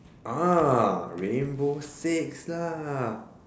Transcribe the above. ah rainbow six lah